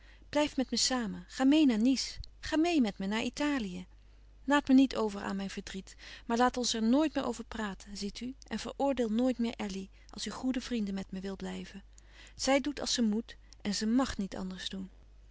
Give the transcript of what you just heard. blijf met me samen ga meê naar nice ga meê met me naar italië laat me niet over aan mijn verdriet maar laat ons er nooit meer over praten ziet u en veroordeel nooit meer elly als u goede vrienden met me wil blijven zij doet als ze moet en ze màg niet anders doen